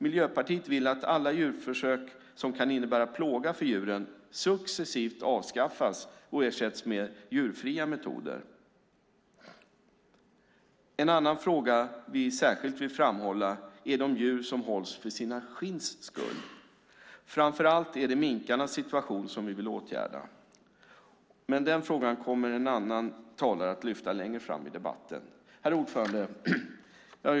Miljöpartiet vill att alla djurförsök som kan innebära plåga för djuren successivt avskaffas och ersätts med djurfria metoder. En annan fråga vi särskilt vill framhålla är de djur som hålls för sina skinns skull. Framför allt är det minkarnas situation som vi vill åtgärda. Den frågan kommer en annan talare att lyfta upp längre fram i debatten. Herr talman!